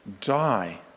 die